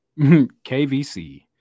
kvc